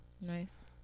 Nice